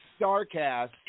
Starcast